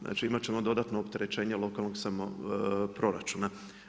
Znači imat ćemo dodatno opterećenje lokalnog proračuna.